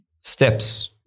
steps